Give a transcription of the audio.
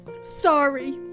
sorry